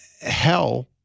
Hell